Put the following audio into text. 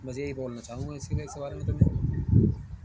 مجھے ہی بولنا چاہوں گا اسی وجہ کے بارے میں تو میں